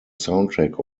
soundtrack